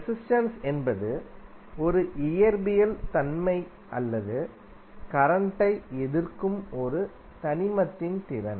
resistance என்பது ஒரு இயற்பியல் தன்மை அல்லது கரண்ட் டை எதிர்க்கும் ஒரு தனிமத்தின் திறன்